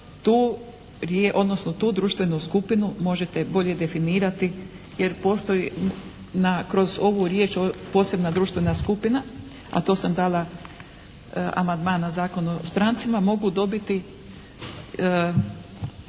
tu društvenu skupinu možete bolje definirati jer postoji na, kroz ovu riječ posebna društvena skupina, a to sam dala amandman na Zakon o strancima, mogu dobiti